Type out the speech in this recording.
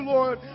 Lord